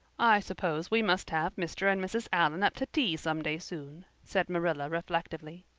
i suppose we must have mr. and mrs. allan up to tea someday soon, said marilla reflectively.